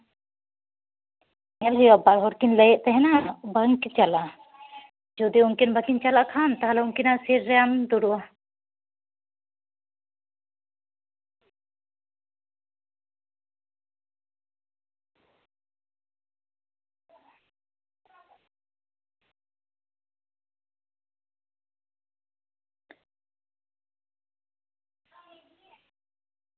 ᱧᱮᱞ ᱦᱩᱭᱩᱜᱼᱟ ᱵᱟᱨ ᱦᱚᱲ ᱠᱤᱱ ᱞᱟᱹᱭᱮᱫ ᱛᱟᱦᱮᱱᱟ ᱵᱟᱝᱠᱚᱤᱱ ᱪᱟᱞᱟᱜᱼᱟ ᱡᱩᱫᱤ ᱩᱱᱠᱤᱱ ᱵᱟᱠᱤᱱ ᱪᱟᱞᱟᱜ ᱠᱷᱟᱱ ᱩᱱᱠᱤᱱᱟᱜ ᱥᱤᱴ ᱨᱮ ᱟᱢᱮᱢ ᱫᱩᱲᱩᱵᱼᱟ